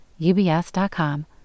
ubs.com